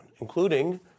including